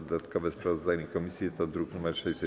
Dodatkowe sprawozdanie komisji to druk nr 652-A.